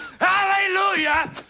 Hallelujah